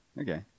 Okay